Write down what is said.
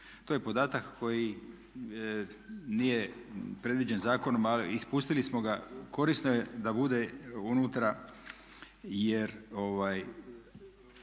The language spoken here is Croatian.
To je podatak koji nije predviđen zakonom ali ispustili smo ga. Korisno je da bude unutra jer